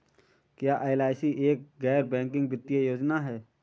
क्या एल.आई.सी एक गैर बैंकिंग वित्तीय योजना है?